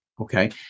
Okay